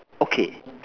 okay